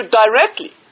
directly